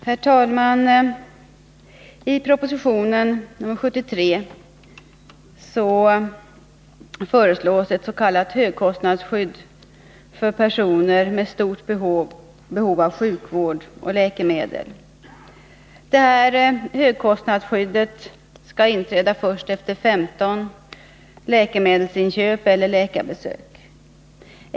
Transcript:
Herr talman! I proposition nr 73 föreslås ett s.k. högkostnadsskydd för personer med stort behov av sjukvård och läkemedel. Högkostnadsskyddet skall inträda först när en person gjort 15 läkemedelsinköp eller läkarbesök.